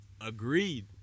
Agreed